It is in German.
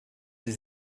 sie